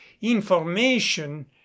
information